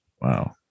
wow